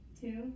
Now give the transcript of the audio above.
two